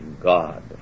God